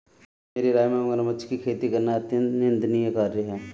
मेरी राय में मगरमच्छ की खेती करना अत्यंत निंदनीय कार्य है